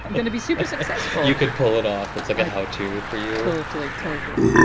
and going to be super successful. you could pull it off. it's like a how to for you. totally. totally.